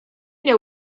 nie